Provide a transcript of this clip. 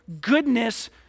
goodness